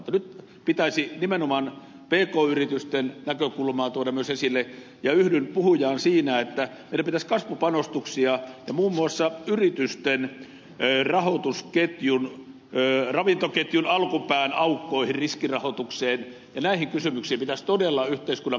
nyt pitäisi nimenomaan pk yritysten näkökulmaa tuoda myös esille ja yhdyn puhujaan siinä että meidän pitäisi tehdä kasvupanostuksia ja muun muassa yritysten ravintoketjun alkupään aukkoihin riskirahoitukseen ja näihin kysymyksiin pitäisi todella yhteiskunnan panostaa